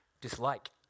dislike